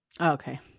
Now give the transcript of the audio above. Okay